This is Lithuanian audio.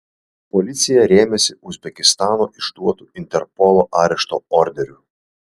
policija rėmėsi uzbekistano išduotu interpolo arešto orderiu